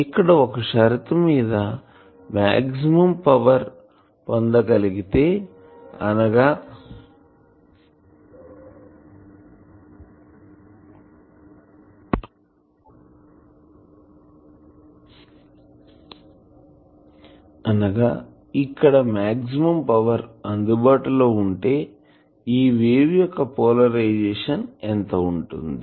ఇక్కడ ఒక షరతు మీద మాక్సిమం పవర్ ని పొందగలిగితే అనగా ఇక్కడ మాక్సిమం పవర్ అందుబాటులో ఉంటే ఈ వేవ్ యొక్క పోలరైజేషన్ ఎంత ఉంటుంది